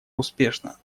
успешно